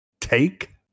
Take